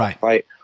Right